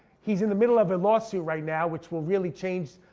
he's in the middle of a lawsuit right now which will really change,